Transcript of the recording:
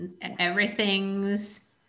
everything's